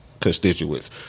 constituents